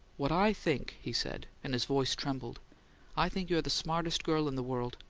what i think, he said, and his voice trembled i think you're the smartest girl in the world!